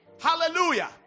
hallelujah